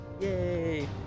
Yay